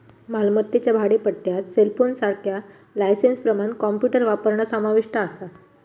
मालमत्तेच्या भाडेपट्ट्यात सेलफोनसारख्या लायसेंसप्रमाण कॉम्प्युटर वापरणा समाविष्ट असा